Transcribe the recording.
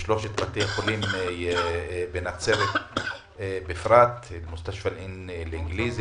ושלושת בתי החולים בנצרת בפרט בית החולים האנגלי,